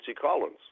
Collins